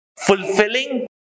Fulfilling